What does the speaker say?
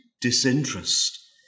disinterest